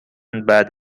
بعد